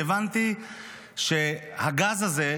והבנתי שהגז הזה,